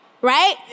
right